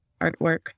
artwork